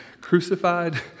crucified